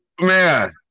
Man